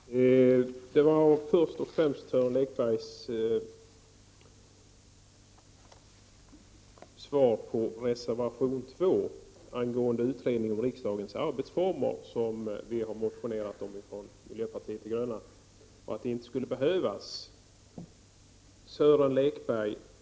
Ja, herr talman! Det var först och främst Sören Lekbergs svar på reservation 2 angående utredning om riksdagens arbetsf .rmer som vi har motionerat om från miljöpartiet de gröna och att det inte skulle behövas. Sören Lekberg!